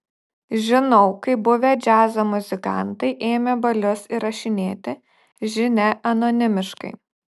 žinau kaip buvę džiazo muzikantai ėmė balius įrašinėti žinia anonimiškai